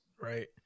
right